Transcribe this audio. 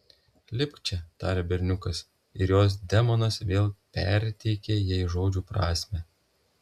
lipk čia tarė berniukas ir jos demonas vėl perteikė jai žodžių prasmę